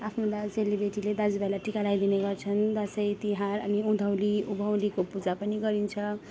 आफ्नो दा चेली बेटीले दाजु भाइलाई टिका लाइदिने गर्छन् दसैँ तिहार अनि उँधौली उँभौलीको पूजा पनि गरिन्छ